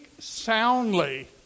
soundly